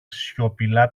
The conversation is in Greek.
σιωπηλά